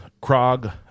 Krog